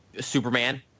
Superman